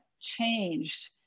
changed